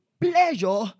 pleasure